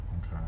Okay